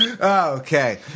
Okay